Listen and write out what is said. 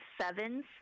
sevens